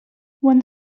one